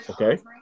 Okay